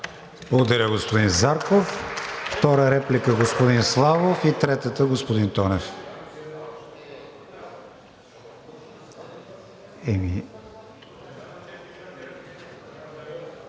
Благодаря, господин Зарков. Втора реплика – господин Славов, третата – господин Тонев.